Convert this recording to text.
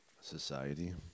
society